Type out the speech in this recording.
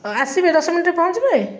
ଆସିବେ ଦଶ ମିନିଟ୍ରେ ପହଞ୍ଚିବେ